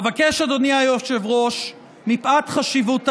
אבקש, אדוני היושב-ראש, מפאת חשיבות העניין,